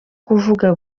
kuvuga